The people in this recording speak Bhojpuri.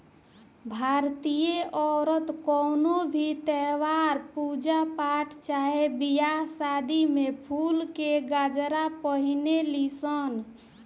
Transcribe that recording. भारतीय औरत कवनो भी त्यौहार, पूजा पाठ चाहे बियाह शादी में फुल के गजरा पहिने ली सन